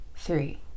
three